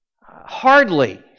Hardly